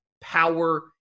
power